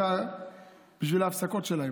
בשביל ההפסקות שלהם.